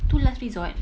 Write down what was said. itu last resort